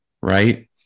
right